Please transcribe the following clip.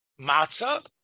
Matzah